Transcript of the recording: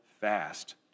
fast